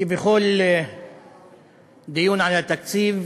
כבכל דיון על התקציב